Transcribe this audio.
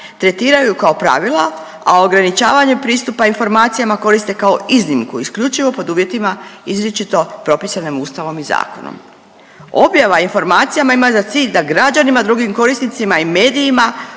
tretiraju kao pravila, a ograničavanje pristupa informacijama koriste kao iznimku isključivo pod uvjetima izričito propisanim Ustavom i zakonom. Objava o informacijama ima za cilj da građanima, drugim korisnicima i medijima